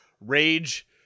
Rage